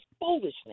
foolishness